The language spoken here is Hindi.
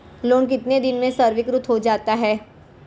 लोंन कितने दिन में स्वीकृत हो जाता है?